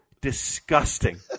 disgusting